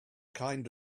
kind